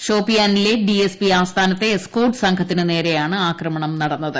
ഷോപ്പിയാനിലെ D S P ആസ്ഥാനത്തെ escort സംഘത്തിന് നേരെയാണ് ആക്രമണം ഉ ായത്